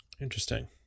Interesting